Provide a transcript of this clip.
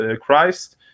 Christ